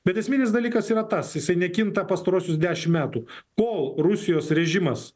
bet esminis dalykas yra tas jisai nekinta pastaruosius dešim metų kol rusijos režimas